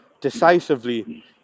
decisively